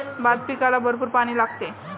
भात पिकाला भरपूर पाणी लागते